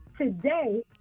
Today